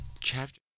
chapter